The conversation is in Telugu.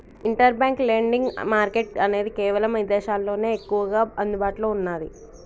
ఇంటర్ బ్యాంక్ లెండింగ్ మార్కెట్ అనేది కేవలం ఇదేశాల్లోనే ఎక్కువగా అందుబాటులో ఉన్నాది